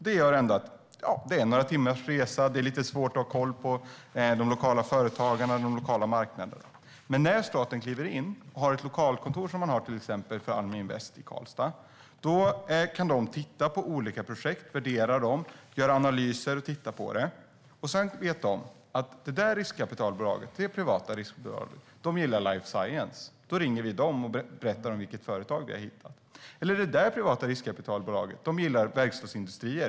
Det kräver några timmars resa, och det är svårt att ha koll på de lokala företagen och de lokala marknaderna. Men när staten kliver in och har ett lokalkontor, exempelvis Almi Invest i Karlstad, kan de titta på olika projekt, värdera dem och göra analyser. När så Almi Invest vet att ett visst privat riskkapitalbolag gillar life science ringer de det riskkapitalbolaget och berättar vilket företag de har hittat. Eller så vet Almi Invest att ett annat privat riskkapitalbolag gillar verkstadsindustrier.